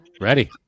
Ready